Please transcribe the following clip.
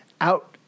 out